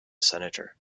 senator